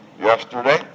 yesterday